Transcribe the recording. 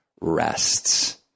rests